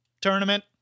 tournament